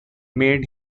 made